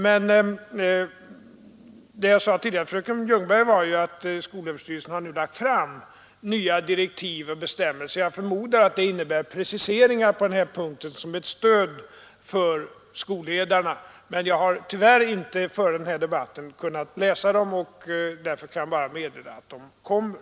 Vad jag tidigare sade till fröken Ljungberg var att skolöverstyrelsen nu lagt fram nya direktiv och bestämmelser. Jag förmodar att de innebär preciseringar på denna punkt som ett stöd för skolledarna. Jag har tyvärr att motverka tristess och vantrivsel i skolarbetet inte före denna debatt kunnat läsa dessa bestämmelser och kan därför bara meddela att de kommer.